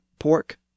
Pork